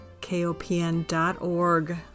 KOPN.org